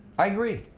i agree.